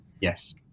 Yes